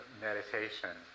meditation